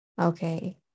Okay